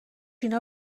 اینا